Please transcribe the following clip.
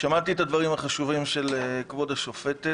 שמעתי את הדברים החשובים של כבוד השופטת